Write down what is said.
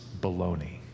baloney